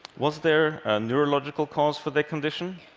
was there a neurological cause for their condition?